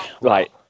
Right